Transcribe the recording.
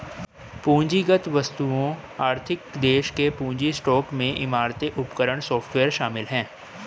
पूंजीगत वस्तुओं आर्थिक देश के पूंजी स्टॉक में इमारतें उपकरण सॉफ्टवेयर शामिल हैं